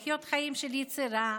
לחיות חיים של יצירה,